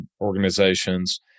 organizations